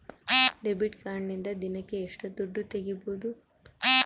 Debit ಕಾರ್ಡಿನಿಂದ ದಿನಕ್ಕ ಎಷ್ಟು ದುಡ್ಡು ತಗಿಬಹುದು?